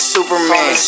Superman